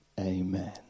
Amen